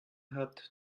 hat